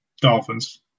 Dolphins